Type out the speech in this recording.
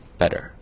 better